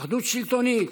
אחדות שלטונית,